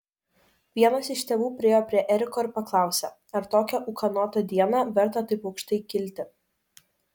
vienas iš tėvų priėjo prie eriko ir paklausė ar tokią ūkanotą dieną verta taip aukštai kilti